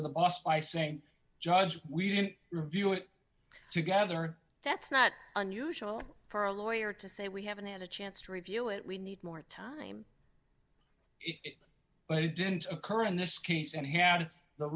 to the boss by saying judge we review it together that's not unusual for a lawyer to say we haven't had a chance to review it we need more time it but it didn't occur in this case and had the